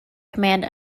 command